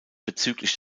bezüglich